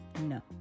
No